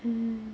mm